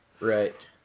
right